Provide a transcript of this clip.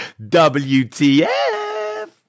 WTF